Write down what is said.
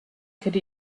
could